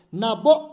nabo